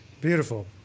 Beautiful